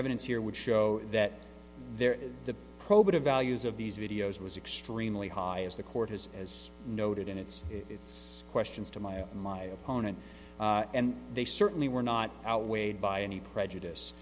evidence here would show that there is the probative values of these videos was extremely high as the court has as noted in its its questions to my my opponent and they certainly were not outweighed by any prejudice